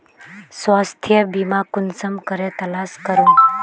स्वास्थ्य बीमा कुंसम करे तलाश करूम?